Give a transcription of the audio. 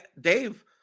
Dave